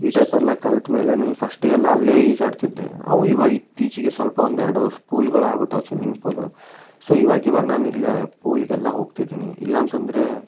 ಈ ಟೈಪೆಲ್ಲ ಕಲಿತ್ಮೇಲೆ ನಾನು ಫಸ್ಟಿಗೆಲ್ಲ ಅಲ್ಲೇ ಈಜಾಡ್ತಿದ್ದೆ ಅವು ಈವಾಗ ಇತ್ತೀಚೆಗೆ ಸ್ವಲ್ಪ ಒಂದೆರಡು ಪೂಲ್ಗಳಾಗ್ಬಿಟ್ಟಾವು ಸ್ವಿಮ್ಮಿಂಗ್ ಪೂಲ್ ಸೊ ಈವಾಗ ಈವಾಗ ನಾನಿಲ್ಲಿ ಪೂಲಿಗೆಲ್ಲ ಹೋಗ್ತಿದ್ದೀನಿ ಇಲ್ಲ ಅಂತಂದ್ರೆ